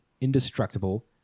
indestructible